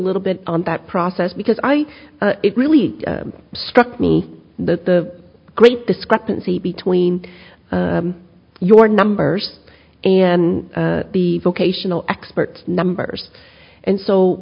little bit on that process because i it really struck me that the great discrepancy between your numbers and the vocational expert numbers and so